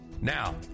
Now